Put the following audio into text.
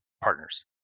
Partners